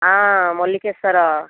ହଁ ମଲିକେଶ୍ଵର